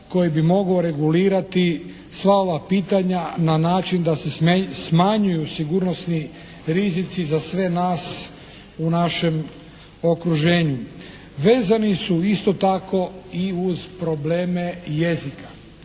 koji bi mogao regulirati sva ova pitanja na način da se smanjuju sigurnosni rizici za sve nas u našem okruženju. Vezani su isto tako i uz probleme jezika.